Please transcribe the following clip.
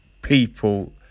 People